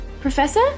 Professor